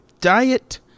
Diet